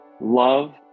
love